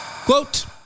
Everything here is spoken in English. Quote